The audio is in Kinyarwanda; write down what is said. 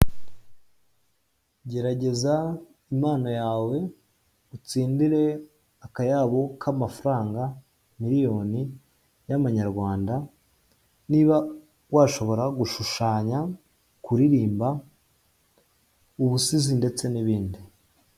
Gerageza impano yawe utsindire akayabo k'amafaranga miliyoni y'amanyarwanda, niba washobora gushushanya, kuririmba, ubusizi ndetse n'ibindi.